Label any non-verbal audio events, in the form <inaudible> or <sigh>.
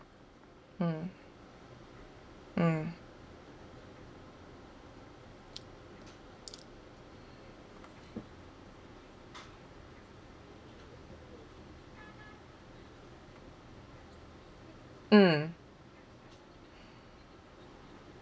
mm mm <noise> mm